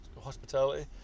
hospitality